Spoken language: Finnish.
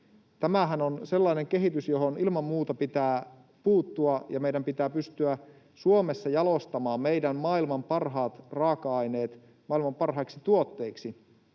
Tämähän on sellainen kehitys, johon ilman muuta pitää puuttua, ja meidän pitää pystyä Suomessa jalostamaan meidän maailman parhaat raaka-aineet maailman parhaiksi tuotteiksi,